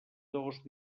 dos